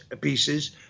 pieces